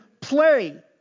play